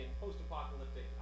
post-apocalyptic